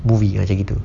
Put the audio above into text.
movie macam gitu